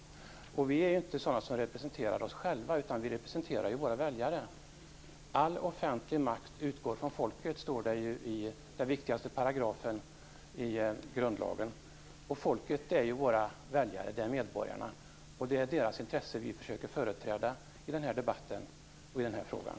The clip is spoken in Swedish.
Vi representerar ju inte oss själva, utan vi representerar våra väljare. "All offentlig makt utgår från folket" står det ju i den viktigaste paragrafen i grundlagen. Folket, medborgarna, är våra väljare. Det är deras intressen som vi försöker företräda i debatten om den här frågan.